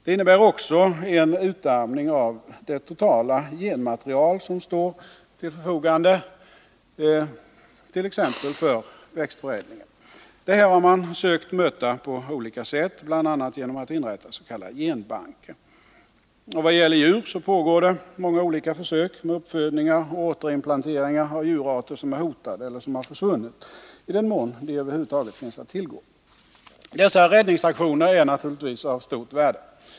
Den innebär också en utarmning av det totala genmaterial som står till förfogande t.ex. för växtförädlingen. Detta har man sökt möta på olika sätt, bl.a. genom att inrätta s.k. genbanker. I vad gäller djur pågår det många olika försök med uppfödningar och återinplanteringar av djurarter som är hotade eller som har försvunnit, i den mån de över huvud taget finns att tillgå. Dessa räddningsaktioner är naturligtv av stort värde.